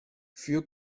few